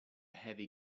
heavy